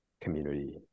community